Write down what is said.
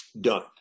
Done